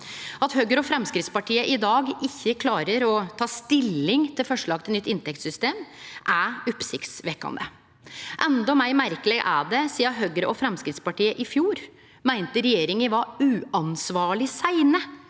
At Høgre og Framstegspartiet i dag ikkje klarar å ta stilling til forslag til nytt inntektssystem, er oppsiktsvekkjande. Endå meir merkeleg er det sidan Høgre og Framstegspartiet i fjor meinte regjeringa var uansvarleg seine